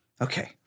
okay